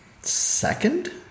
Second